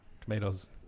tomatoes